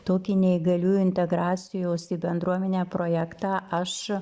tokį neįgaliųjų integracijos į bendruomenę projektą aš